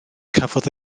cafodd